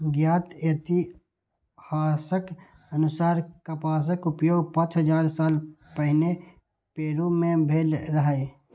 ज्ञात इतिहासक अनुसार कपासक उपयोग पांच हजार साल पहिने पेरु मे भेल रहै